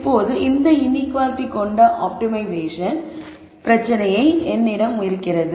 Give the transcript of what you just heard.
இப்போது இந்த இன்ஈக்குவாலிட்டி கொண்ட ஆப்டிமைசேஷன் பிரச்சனை என்னிடம் இருக்கிறது